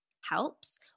helps